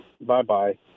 bye-bye